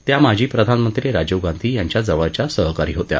त्या माजी प्रधानमंत्री राजीव गांधी यांच्या जवळच्या सहकारी होत्या